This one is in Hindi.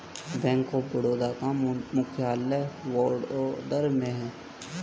बैंक ऑफ बड़ौदा का मुख्यालय वडोदरा में है